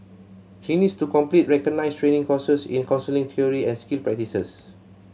he needs to complete recognised training courses in counselling theory and skill practice